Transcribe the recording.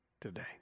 today